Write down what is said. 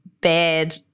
bad